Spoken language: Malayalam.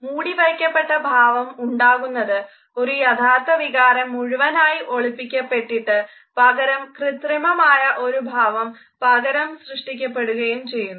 മൂടിവയ്ക്കപ്പെട്ട ഭാവം ഉണ്ടാകുന്നത് ഒരു യഥാർത്ഥ വികാരം മുഴുവനായി ഒളിപ്പിക്കപ്പെട്ടിട്ട് പകരം കൃത്രിമമായ ഒരു ഭാവം പകരം സൃഷ്ടിക്കപ്പെടുകയും ചെയ്യുന്നു